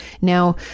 Now